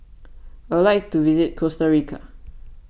I would like to visit Costa Rica